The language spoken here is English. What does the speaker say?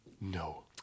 No